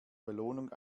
belohnung